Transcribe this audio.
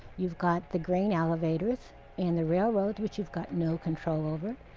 you've got the grain elevators and the railroads which you've got no control over.